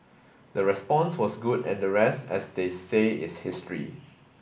the response was good and the rest as they say is history